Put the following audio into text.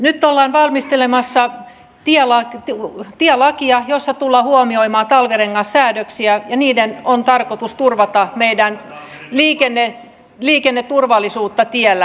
nyt ollaan valmistelemassa tielakia jossa tullaan huomioimaan talvirengassäädöksiä ja niiden on tarkoitus turvata meidän liikenneturvallisuuttamme tiellä